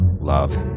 Love